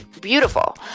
beautiful